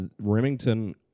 Remington